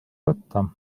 võtta